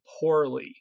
poorly